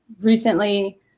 recently